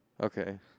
Okay